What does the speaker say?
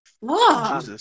Wow